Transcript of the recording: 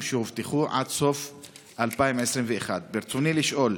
שהובטחו עד סוף 2021. ברצוני לשאול: